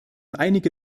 einige